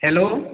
hello